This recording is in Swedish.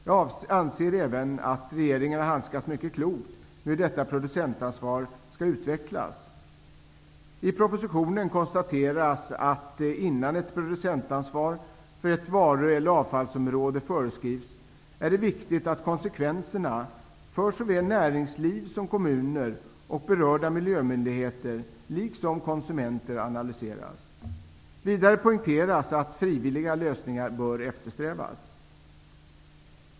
Jag anser även att regeringen har handskats mycket klokt med frågan om hur producentansvaret skall utvecklas. I propositionen konstateras att innan ett producentansvar för ett varu eller avfallsområde föreskrivs är det viktigt att konsekvenserna för såväl näringsliv, kommuner, berörda miljömyndigheter som konsumenter analyseras. Vidare poängteras att frivilliga lösningar bör eftersträvas.